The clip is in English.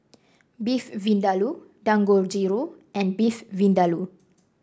Beef Vindaloo Dangojiru and Beef Vindaloo